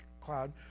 cloud